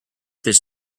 this